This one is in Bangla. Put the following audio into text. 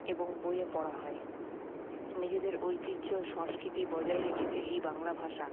এবং বইয়ে পড়া হয় নিজেদের ঐতিহ্য সংস্কৃতি বজায় রেখেছে এই বাংলা ভাষা